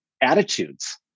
attitudes